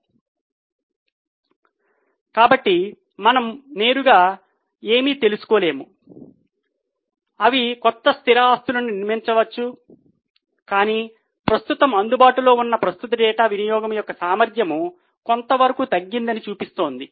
కాబట్టి మనము నేరుగా ఏమీ తెలుసుకోలేము అవి కొత్త స్థిర ఆస్తులను నిర్మిస్తుండవచ్చు కాని ప్రస్తుతం అందుబాటులో ఉన్న ప్రస్తుత డేటా వినియోగం యొక్క సామర్థ్యం కొంతవరకు తగ్గిందని చూపిస్తుంది